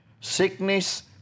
sickness